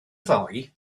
ddoe